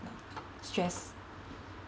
stress